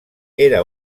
era